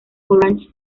orange